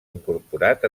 incorporat